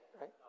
right